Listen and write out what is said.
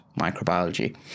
microbiology